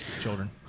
children